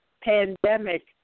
pandemic